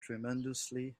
tremendously